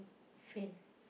faint